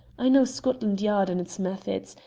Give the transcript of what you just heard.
i know scotland yard and its methods.